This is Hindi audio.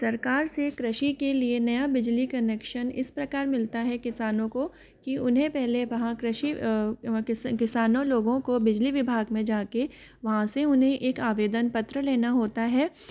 सरकार से कृषि के लिए नया बिजली कनेक्शन इस प्रकार मिलता है किसानों को कि उन्हें पहले वहाँ कृषि किसानों लोगों को बिजली विभाग में जा के वहाँ से उन्हें एक आवेदन पत्र लेना होता है